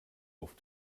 auf